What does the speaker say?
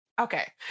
Okay